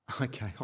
Okay